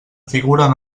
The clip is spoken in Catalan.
figuren